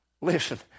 Listen